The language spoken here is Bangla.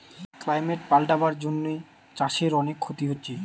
ক্লাইমেট পাল্টাবার জন্যে চাষের অনেক ক্ষতি হচ্ছে